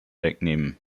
wegnehmen